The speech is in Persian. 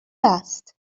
است